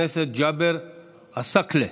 חבר הכנסת ג'אבר עסאקלה.